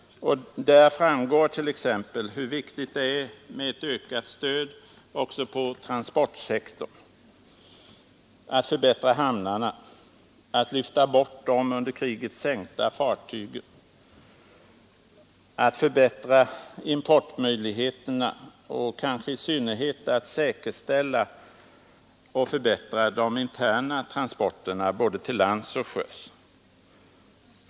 Av den framgår t.ex. hur viktigt det är att öka stödet också på transportsektorn, att förbättra hamnarna, att lyfta bort de under kriget sänkta fartygen, att förbättra importmöjligheterna och kanske i synnerhet att säkerställa och förbättra de interna transporterna både till lands och till sjöss.